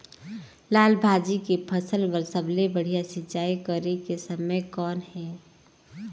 लाल भाजी के फसल बर सबले बढ़िया सिंचाई करे के समय कौन हे?